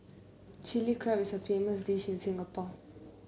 Chilli Crab is a famous dish in Singapore